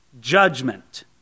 judgment